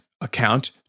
account